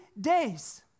days